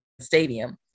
stadium